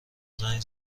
زنگ